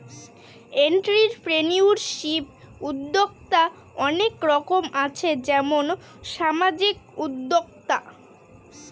entrepreneurship উদ্যক্তা অনেক রকম আছে যেমন সামাজিক উদ্যোক্তা